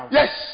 yes